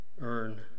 earn